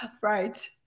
right